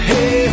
Hey